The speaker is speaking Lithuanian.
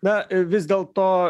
na vis dėlto